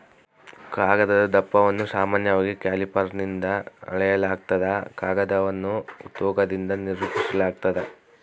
ಕಾಗದದ ದಪ್ಪವನ್ನು ಸಾಮಾನ್ಯವಾಗಿ ಕ್ಯಾಲಿಪರ್ನಿಂದ ಅಳೆಯಲಾಗ್ತದ ಕಾಗದವನ್ನು ತೂಕದಿಂದ ನಿರೂಪಿಸಾಲಾಗ್ತದ